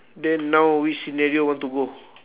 then now which scenario want to go